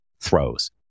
throws